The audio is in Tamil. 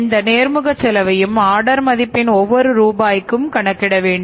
இந்த நேர்முக செலவையும் ஆர்டர் மதிப்பின் ஒவ்வொரு ரூபாய்க்கும் கணக்கிட வேண்டும்